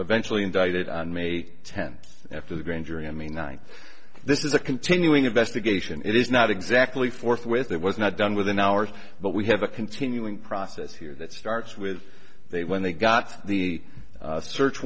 eventually indicted on may tenth after the grand jury in may ninth this is a continuing investigation it is not exactly forthwith it was not done within hours but we have a continuing process here that starts with they when they got the search